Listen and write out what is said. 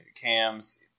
Cam's